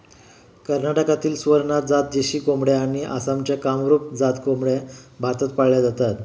कर्नाटकातील स्वरनाथ जात देशी कोंबड्या आणि आसामच्या कामरूप जात कोंबड्या भारतात पाळल्या जातात